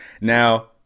Now